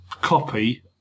copy